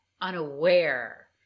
unaware